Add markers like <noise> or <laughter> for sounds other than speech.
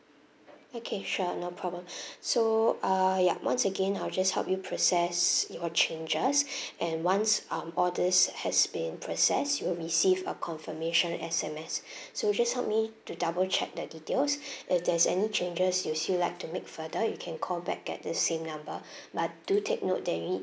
okay sure no problem <breath> so err yup once again I'll just help you process your changes <breath> and once um orders has been processed you will receive a confirmation S_M_S <breath> so just help me to double check the details <breath> if there's any changes you still like to make further you can call back at the same number <breath> but do take note that you need